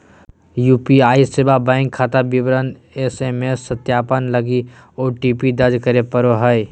UPI सेवा bank खाता विवरण एस.एम.एस सत्यापन लगी ओ.टी.पी दर्ज करे पड़ो हइ